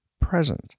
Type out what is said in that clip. present